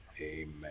Amen